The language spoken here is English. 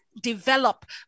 develop